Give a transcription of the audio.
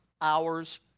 hours